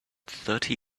thirty